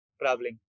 traveling